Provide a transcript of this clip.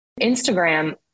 Instagram